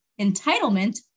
entitlement